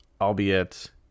albeit